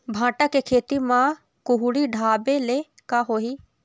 भांटा के खेती म कुहड़ी ढाबे ले का होही?